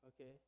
Okay